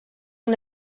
una